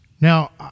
Now